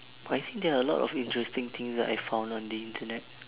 I think there are a lot of interesting things that I found on the internet